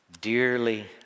dearly